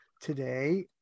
today